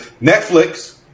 Netflix